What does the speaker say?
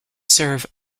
serve